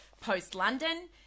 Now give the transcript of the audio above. post-London